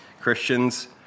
Christians